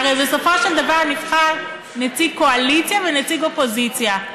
הרי בסופו של דבר נבחר נציג קואליציה ונציג אופוזיציה,